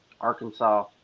Arkansas